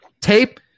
tape